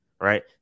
Right